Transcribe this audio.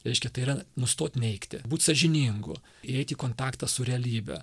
reiškia tai yra nustot neigti būti sąžiningu įeit į kontaktą su realybe